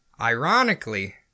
Ironically